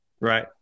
Right